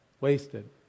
wasted